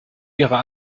ihrer